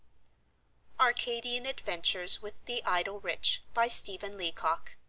arcadian adventures with the idle rich by stephen leacock,